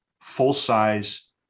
full-size